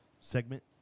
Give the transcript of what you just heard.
Segment